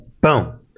boom